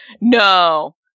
no